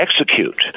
execute